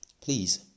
Please